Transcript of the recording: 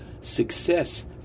success